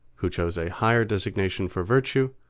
who chose a higher designation for virtue,